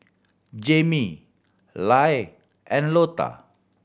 Jammie Lyle and Lotta